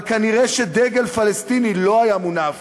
אבל נראה שדגל פלסטיני לא היה מונף